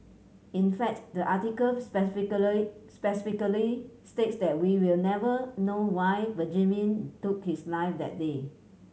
in fact the article specifically states that we will never know why Benjamin took his life that day